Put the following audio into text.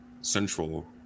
central